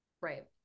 Right